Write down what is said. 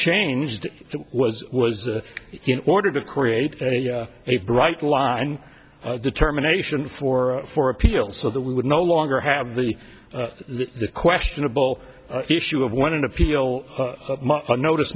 changed was was that in order to create a bright line determination for for appeal so that we would no longer have the questionable issue of wanting to feel a notice